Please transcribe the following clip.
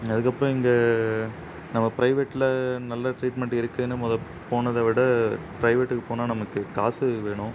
அதுக்கப்புறம் இங்கே நம்ம ப்ரைவேட்டில் நல்ல ட்ரீட்மெண்ட் இருக்குன்னு மொதல் போனதை விட ப்ரைவேட்டுக்கு போனால் நமக்கு காசு வேணும்